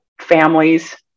families